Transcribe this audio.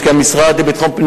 מלחמת תרבות בין